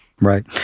Right